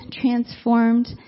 transformed